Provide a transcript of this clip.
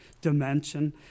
dimension